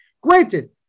Granted